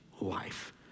life